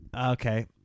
okay